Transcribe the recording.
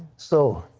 so,